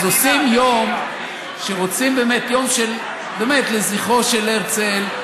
אז עושים יום שרוצים באמת יום לזכרו של הרצל,